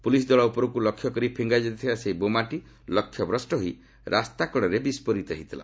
police ଦଳ ଉପରକୁ ଲକ୍ଷ୍ୟ କରି ଫିଙ୍ଗା ଯାଇଥିବା ସେହି ବୋମାଟି ଲକ୍ଷ୍ୟଭ୍ରଷ୍ଟ ହୋଇ ରାସ୍ତା କଡ଼ରେ ବିସ୍କୋରିତ ହୋଇଥିଲା